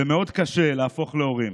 ומאוד קשה להפוך להורים.